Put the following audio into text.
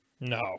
no